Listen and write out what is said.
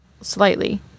Slightly